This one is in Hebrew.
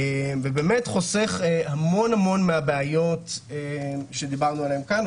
זה באמת חוסך המון מהבעיות שדיברנו עליהן כאן,